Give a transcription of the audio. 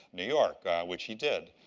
new york, which he did.